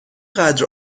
قدر